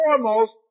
foremost